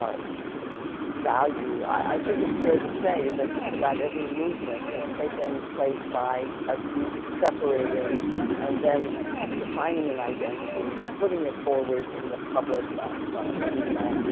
um value. i think it's fair to say that just about every movement has taken place by a group separating and then defining an identity, putting it forward in the public arena,